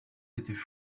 étaient